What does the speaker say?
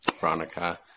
Veronica